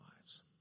lives